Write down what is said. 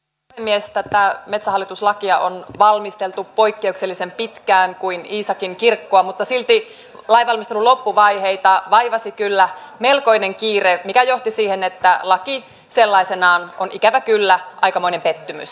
tätä metsähallitus lakia on valmisteltu poikkeuksellisen pitkään kuin iisakinkirkkoa mutta silti lainvalmistelun loppuvaiheita vaivasi kyllä melkoinen kiire mikä johti siihen että laki sellaisenaan on ikävä kyllä aikamoinen pettymys